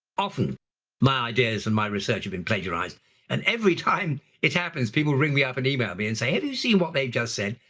often my ideas and my research have been plagiarized and every time it happens, people ring me up and email me and say have you seen what they've just said.